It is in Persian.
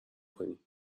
کنی